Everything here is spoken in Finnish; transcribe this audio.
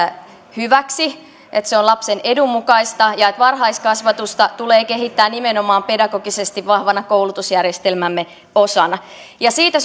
hyväksi että se on lapsen edun mukaista ja että varhaiskasvatusta tulee kehittää nimenomaan pedagogisesti vahvana koulutusjärjestelmämme osana siitä